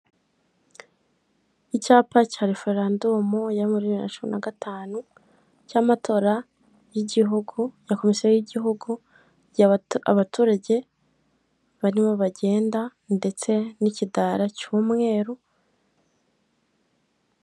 Icyapa cya referendumu yo muri bibiri na cumi na gatanu cy'amatora ya komisiyo y'igihugu, abaturage barimo bagenda ndetse n'ikidara cy'umweru.